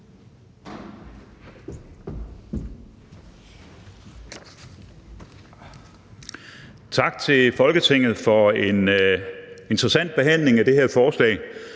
Tak til Folketinget for en interessant behandling af det her forslag.